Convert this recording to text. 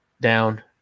down